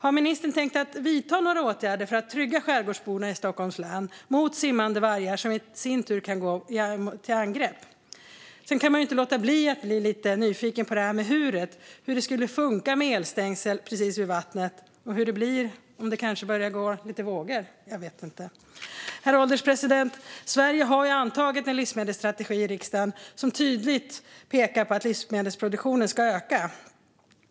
Har ministern tänkt vidta några åtgärder för att trygga skärgårdsborna i Stockholms län mot simmande vargar som kan gå till angrepp? Man kan heller inte undgå att bli nyfiken på hur det skulle funka med elstängsel precis vid vattnet och vad som händer om det blir vågor. Herr ålderspresident! Sveriges riksdag har antagit en livsmedelsstrategi som tydligt pekar på att livsmedelsproduktionen ska öka.